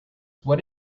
what